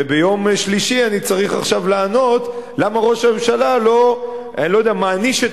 וביום שלישי אני צריך עכשיו לענות למה ראש הממשלה לא מעניש את